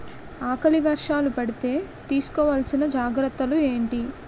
ఆకలి వర్షాలు పడితే తీస్కో వలసిన జాగ్రత్తలు ఏంటి?